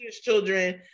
children